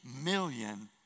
million